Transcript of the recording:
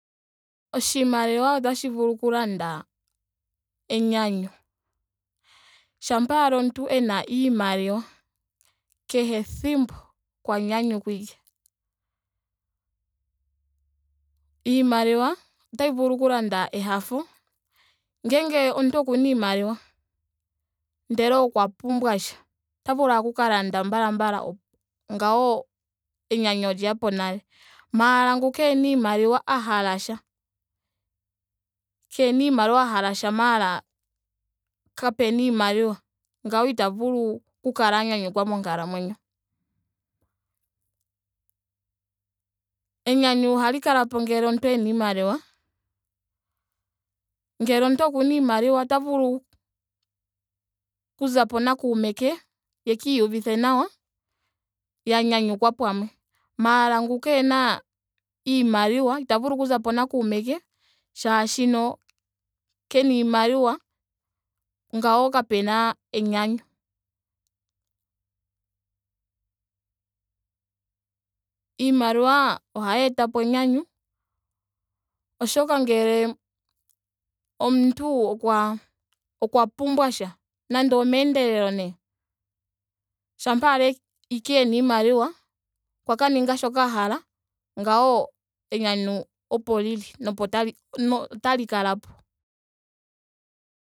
Oshimaliwa otashi vulu oku landa enyanyu. Shampa ashike omuntu ena iimaliwa kehe thimbo okwa nyanyukwa ashike. Iimaliwa otayi vulu oku landa ehafo, ngele omuntu okuna iimaliwa ndele okwa pumbwa sha ota vulu ashike a ka lande mbala mbala. ngawo enyanyu olyeyapo nale. Maara ngu keena iimaliwa a hala sha. keena iimaliwa a hala sha maara kapena iimaliwa. ngawo ita vulu oku kala a nyanyukwa monkalamwenyo ye. Enyanyu ohali kalapo ngele omuntu ena iimaliwa. Ngele omuntu okuna iimaliwa ota vulu oku zapo nakuume ke yaka iyuvithe nawa. ya nyanyukwa pamwe. Maara ngu keena iimaliwa ita vulu okuza po nakuume ke shaashino kena iimaliwa. Ngawo kapena enyanyu. Iimaliwa ohayi etapo enyanyu oshoka ngele omuntu okwa okwa pumbwa sha. nande omendeelelo nee. shampa ashike ena iimaliwa okwa ka ninga shoka a hala. ngawo enyanyu opo lili. na opo tali kala. na otali kalapo